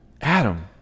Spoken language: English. Adam